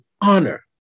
honor